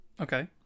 Okay